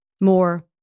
more